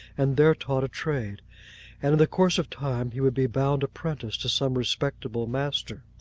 and there taught a trade and in the course of time he would be bound apprentice to some respectable master.